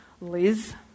Liz